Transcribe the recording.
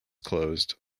closed